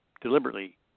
deliberately